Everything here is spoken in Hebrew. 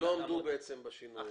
ולא עמדו בעצם בדרישה הזאת.